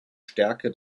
stärke